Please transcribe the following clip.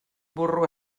burro